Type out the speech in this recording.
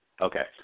okay